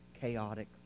chaotic